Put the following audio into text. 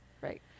Right